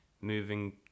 moving